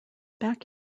back